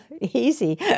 Easy